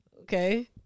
Okay